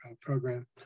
program